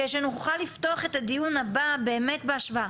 כדי שנוכל לפתוח את הדיון הבא בהשוואה.